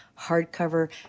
hardcover